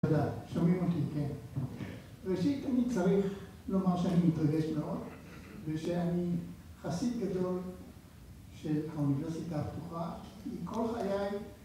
שומעים אותי? כן. ראשית אני צריך לומר שאני מתרגש מאוד ושאני חסיד גדול של האוניברסיטה הפתוחה כל חיי.